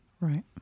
Right